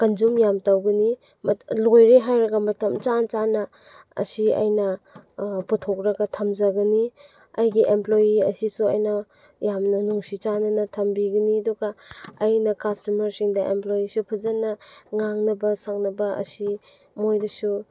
consume ꯌꯥꯝ ꯇꯧꯕꯅꯤ ꯂꯣꯏꯔꯦ ꯍꯥꯏꯔꯒ ꯃꯇꯝ ꯆꯥꯅ ꯆꯥꯅ ꯑꯁꯤ ꯑꯩꯅ ꯄꯤꯊꯣꯛꯂꯒ ꯊꯝꯖꯕꯅꯤ ꯑꯩꯒꯤ ꯑꯦꯝꯄ꯭ꯂꯣꯏꯌꯤ ꯑꯁꯤꯁꯨ ꯑꯩꯅ ꯌꯥꯝꯅ ꯅꯨꯡꯁꯤ ꯆꯥꯟꯅꯅ ꯊꯝꯕꯤꯒꯅꯤ ꯑꯗꯨꯒ ꯑꯩꯅ ꯀꯁꯇꯃꯔꯁꯤꯡꯗ ꯑꯦꯝꯄ꯭ꯂꯣꯏꯌꯤꯁꯨ ꯐꯖꯅ ꯉꯥꯡꯅꯕ ꯁꯛꯅꯕ ꯑꯁꯤ ꯃꯣꯏꯗꯁꯨ